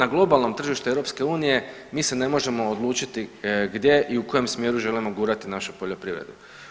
U, na globalnom tržištu EU mi se ne možemo odlučiti gdje i u kojem smjeru želimo gurati našu poljoprivredu.